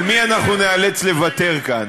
על מי אנחנו ניאלץ לוותר כאן?